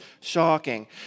shocking